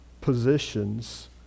positions